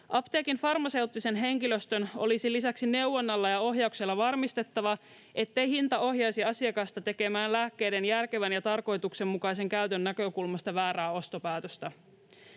Apteekin farmaseuttisen henkilöstön olisi lisäksi neuvonnalla ja ohjauksella varmistettava, ettei hinta ohjaisi asiakasta tekemään lääkkeiden järkevän ja tarkoituksenmukaisen käytön näkökulmasta väärää ostopäätöstä.